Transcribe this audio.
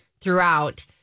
throughout